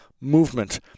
movement